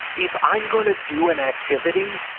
if i'm going to do an activity,